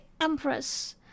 empress